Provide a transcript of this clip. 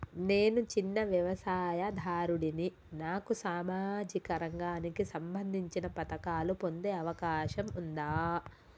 నేను చిన్న వ్యవసాయదారుడిని నాకు సామాజిక రంగానికి సంబంధించిన పథకాలు పొందే అవకాశం ఉందా?